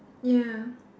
ya